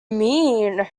mean